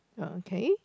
okay